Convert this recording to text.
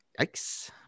yikes